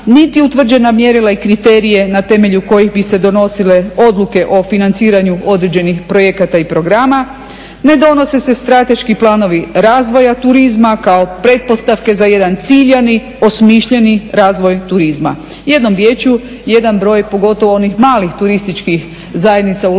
niti utvrđena mjerila i kriterije na temelju kojih bi se donosile odluke o financiranju određenih projekata i programa, ne donose se strateški planovi razvoja turizma kao pretpostavke za jedan ciljani, osmišljeni razvoj turizma. Jednom riječju, jedan broj, pogotovo onih malih turističkih zajednica u lokalnim